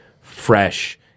fresh